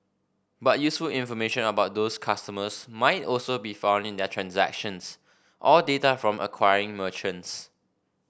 but useful information about those customers might also be found in their transactions or data from acquiring merchants